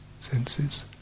senses